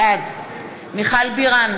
בעד מיכל בירן,